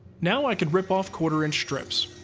now i could rip off quarter-inch strips.